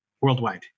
worldwide